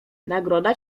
nagroda